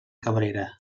cabrera